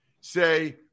Say